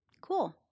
Cool